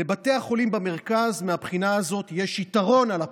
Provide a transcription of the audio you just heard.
לבתי החולים במרכז מהבחינה הזאת יש יתרון על הפריפריה,